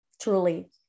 truly